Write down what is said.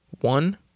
One